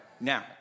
Now